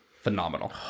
phenomenal